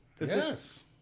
Yes